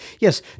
yes